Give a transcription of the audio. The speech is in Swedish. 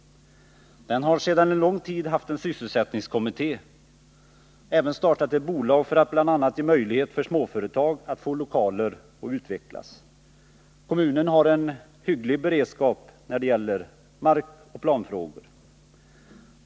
Den har sedan lång tid haft en sysselsättningskommitté och även startat ett bolag för att bl.a. ge möjlighet åt småföretag att få lokaler och utvecklas. Kommunen har en hygglig beredskap när det gäller markoch planfrågor.